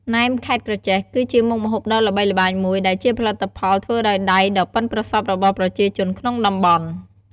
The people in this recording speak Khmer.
ណែមខេត្តក្រចេះ គឺជាមុខម្ហូបដ៏ល្បីល្បាញមួយ ដែលជាផលិតផលធ្វើដោយដៃដ៏ប៉ិនប្រសប់របស់ប្រជាជនក្នុងតំបន់។